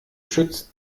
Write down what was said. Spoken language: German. schützt